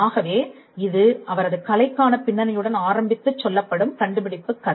ஆகவே இது அவரது கலைக்கான பின்னணியுடன் ஆரம்பித்துச் சொல்லப்படும் கண்டுபிடிப்பு கதை